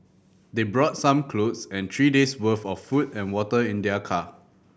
they brought some clothes and three days'worth of food and water in their car